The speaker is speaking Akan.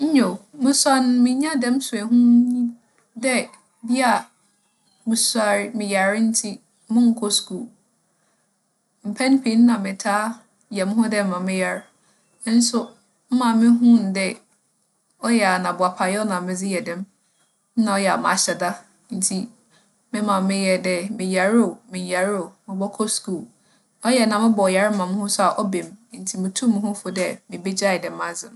Nyew, musuar no minyaa dɛm suahu yi dɛ bi a, musuar - meyar ntsi monnkͻ skuul. Mpɛn pii no nna metaa yɛ moho dɛ ma meyar nso me maame hun dɛ ͻyɛ a na boapayͻ na medze yɛ dɛm. Nna ͻyɛ a mahyɛ da ntsi me maame yɛɛ dɛ meyar oo, mennyar oo, mobͻkͻ skuul. ͻyɛ na mobͻ yar ma moho so a ͻba mu, ntsi mutuu moho fo dɛ mibegyaa dɛm adze no.